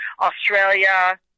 Australia